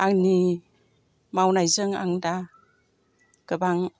आंनि मावनायजों आं दा गोबां